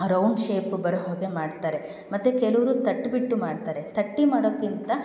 round shape ಬರೋ ಹಾಗೆ ಮಾಡ್ತಾರೆ ಮತ್ತು ಕೆಲವ್ರು ತಟ್ಟಿಬಿಟ್ಟು ಮಾಡ್ತಾರೆ ತಟ್ಟಿ ಮಾಡೋದ್ಕಿಂತ